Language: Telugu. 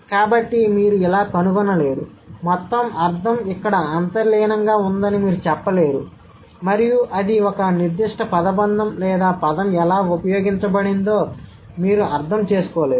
కాబట్టి మీరు ఇలా కనుగొనలేరు మొత్తం అర్థం ఇక్కడ అంతర్లీనంగా ఉందని మీరు చెప్పలేరు మరియు అది ఒక నిర్దిష్ట పదబంధం లేదా పదం ఎలా ఉపయోగించబడిందో మీరు అర్థం చేసుకోలేరు